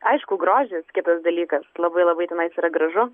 aišku grožis kitas dalykas labai labai tenais yra gražu